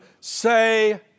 say